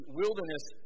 wilderness